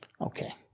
Okay